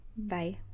bye